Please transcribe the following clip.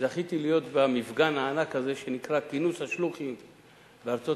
זכיתי להיות במפגן הענק הזה שנקרא כינוס השלוחים בארצות-הברית,